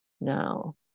now